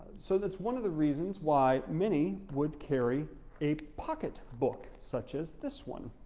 so that's one of the reasons why many would carry a pocket book such as this one.